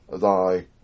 thy